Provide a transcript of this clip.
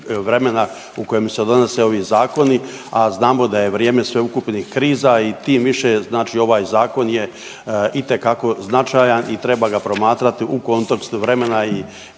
u kojem se donose ovi zakoni, a znamo da je vrijeme sveukupnih kriza i tim više znači ovaj zakon je itekako značajan i treba ga promatrati u kontekstu vremena i